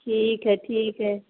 ठीक है ठीक है